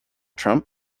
trump